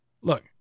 Look